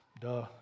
duh